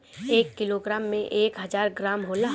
एक किलोग्राम में एक हजार ग्राम होला